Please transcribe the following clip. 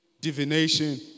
divination